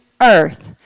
earth